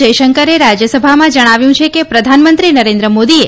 જયશંકરે રાજ્યસભામાં જણાવ્યું છે કે પ્રધાનમંત્રી નરેન્દ્ર મોદીએ